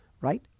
Right